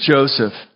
Joseph